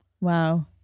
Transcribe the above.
Wow